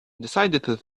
decided